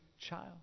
child